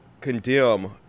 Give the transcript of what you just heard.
condemn